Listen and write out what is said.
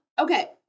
Okay